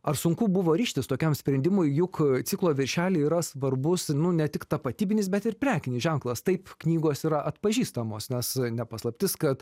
ar sunku buvo ryžtis tokiam sprendimui juk ciklo viršely yra svarbus nu ne tik tapatybinis bet ir prekinis ženklas taip knygos yra atpažįstamos nes ne paslaptis kad